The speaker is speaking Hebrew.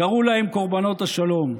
קראו להם "קורבנות השלום".